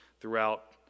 throughout